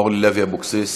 אורלי לוי אבקסיס,